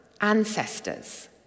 ancestors